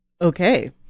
Okay